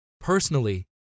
personally